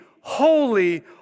holy